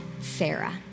Sarah